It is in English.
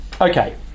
Okay